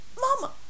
Mama